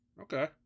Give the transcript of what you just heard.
Okay